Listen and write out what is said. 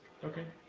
okay.